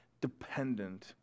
dependent